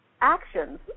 actions